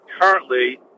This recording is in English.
currently